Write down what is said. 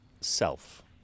self